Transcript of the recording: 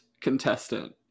contestant